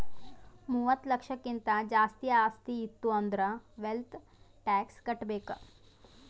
ಮೂವತ್ತ ಲಕ್ಷಕ್ಕಿಂತ್ ಜಾಸ್ತಿ ಆಸ್ತಿ ಇತ್ತು ಅಂದುರ್ ವೆಲ್ತ್ ಟ್ಯಾಕ್ಸ್ ಕಟ್ಬೇಕ್